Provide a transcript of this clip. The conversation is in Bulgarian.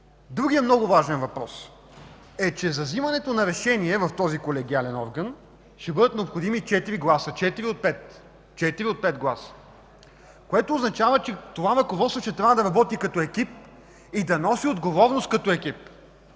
Другият много важен въпрос е, че за вземането на решение в този колегиален орган ще бъдат необходими четири от пет гласа, което означава, че това ръководство ще трябва да работи като екип и да носи отговорност като екип.